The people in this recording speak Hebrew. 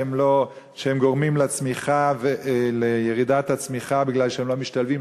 שהם גורמים לירידת הצמיחה בגלל שהם לא משתלבים,